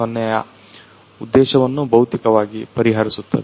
0 ರ ಉದ್ದೇಶವನ್ನೂ ಭೌತಿಕವಾಗಿ ಪರಿಹರಿಸುತ್ತದೆ